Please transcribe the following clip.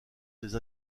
des